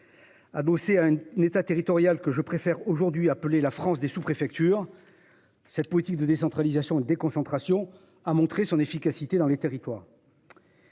bosser à une nette à territoriale que je préfère aujourd'hui appelé la France des sous-, préfectures. Cette politique de décentralisation et déconcentration a montré son efficacité dans les territoires.